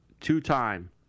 two-time